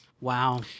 Wow